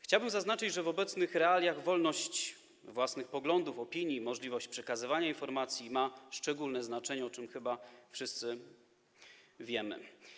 Chciałbym zaznaczyć, że w obecnych realiach wolność własnych poglądów, opinii, możliwość przekazywania informacji ma szczególne znaczenie, o czym chyba wszyscy wiemy.